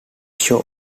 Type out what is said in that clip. show